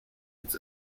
its